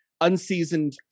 unseasoned